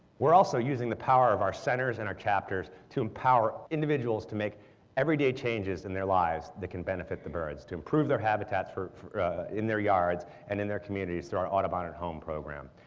we're also using the power of our centers and our chapters to empower individuals to make everyday changes in their lives that can benefit the birds, to improve their habitats in their yards and in their communities through our audubon at home program.